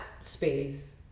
space